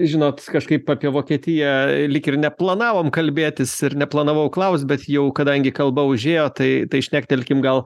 žinot kažkaip apie vokietiją lyg ir neplanavom kalbėtis ir neplanavau klaust bet jau kadangi kalba užėjo tai tai šnektelkim gal